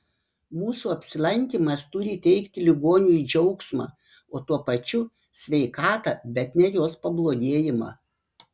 mūsų apsilankymas turi teikti ligoniui džiaugsmą o tuo pačiu sveikatą bet ne jos pablogėjimą